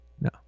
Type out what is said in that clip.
No